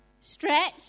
Stretch